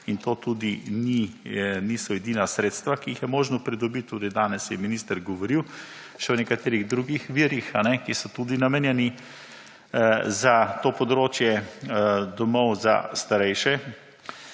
in to tudi niso edina sredstva, ki jih je možno pridobiti. Tudi danes je minister govoril, še o nekaterih drugih virih, ki so tudi namenjeni za to področje domov za starejše